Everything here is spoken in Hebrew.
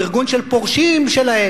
עם ארגון של פורשים שלהם,